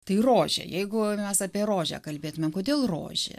tai rožė jeigu mes apie rožę kalbėtumėm kodėl rožė